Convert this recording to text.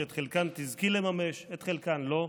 שאת חלקן תזכי לממש ואת חלקן לא,